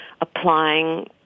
applying